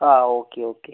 ആ okay okay